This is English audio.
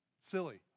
silly